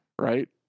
Right